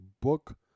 book